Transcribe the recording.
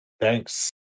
Thanks